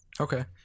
Okay